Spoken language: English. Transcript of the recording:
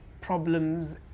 problems